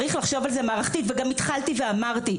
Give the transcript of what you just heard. צריך לחשוב על זה מערכתית וגם התחלתי ואמרתי,